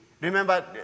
remember